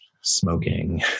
smoking